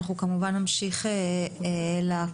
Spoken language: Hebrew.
אנחנו כמובן נמשיך לעקוב,